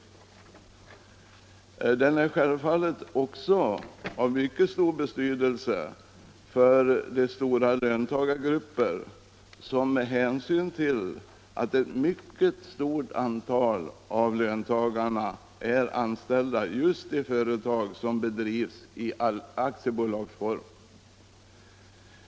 Reformen är självfallet av mycket stor betydelse för stora löntagargrupper, eftersom ett mycket stort antal av löntagarna är anställda just i företag som bedrivs i aktiebolagsform.